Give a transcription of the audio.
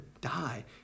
die